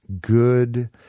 good